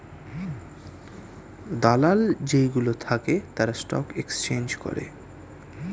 দালাল যেই গুলো থাকে তারা স্টক এক্সচেঞ্জ করে